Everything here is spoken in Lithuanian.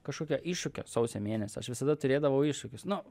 kažkokio iššūkio sausio mėnesį aš visada turėdavau iššūkius nu